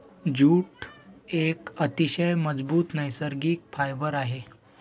jute एक अतिशय मजबूत नैसर्गिक फायबर आहे